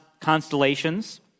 constellations